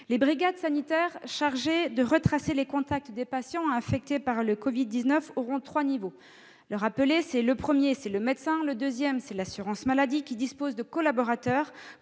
Les brigades sanitaires chargées de retracer les contacts des patients infectés par le Covid-19 comportent trois niveaux : le premier est celui du médecin, le deuxième, celui de l'assurance maladie qui dispose de collaborateurs